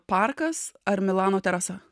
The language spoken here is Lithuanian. parkas ar milano terasa